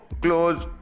close